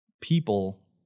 people